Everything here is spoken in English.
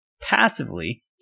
passively